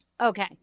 okay